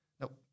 Nope